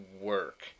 work